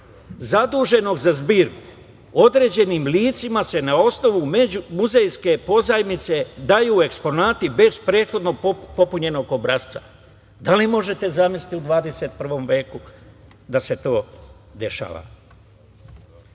zaduženog za zbirku određenim licima se na osnovu muzejske pozajmice daju eksponati bez prethodno popunjenog obrasca. Da li možete zamisliti u 21. veku da se to dešava?